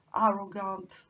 arrogant